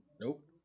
Nope